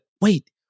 wait